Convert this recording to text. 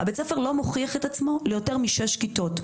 בית הספר לא מוכיח את עצמו ליותר משש כיתות.